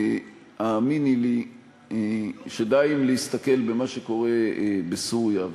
האמיני לי שדי להסתכל במה שקורה בסוריה,